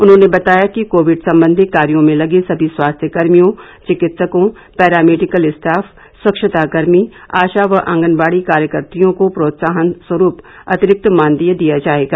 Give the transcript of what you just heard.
उन्होंने बताया कि कोविड संबंधी कार्यो में लगे सभी स्वास्थ्य कर्मियों चिकित्सकों पैरामेडिकल स्टाफ स्वच्छता कर्मी आशा व आंगनबाड़ी कार्यत्रियों को प्रोत्साहन स्वरूप अतिरिक्त मानदेय दिया जायेगा